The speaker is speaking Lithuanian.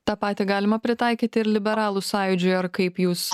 tą patį galima pritaikyti ir liberalų sąjūdžiui ar kaip jūs